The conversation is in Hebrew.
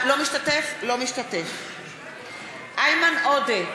אינו משתתף בהצבעה איימן עודה,